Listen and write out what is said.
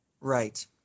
Right